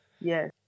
yes